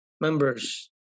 members